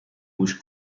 گوش